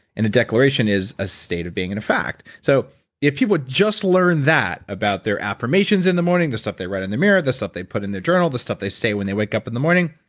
and a declaration is a state of being in effect. so if he would just learn that about their affirmations in the morning, the stuff they write in the mirror, the stuff they put in their journal, the stuff they say when they wake up in the morning,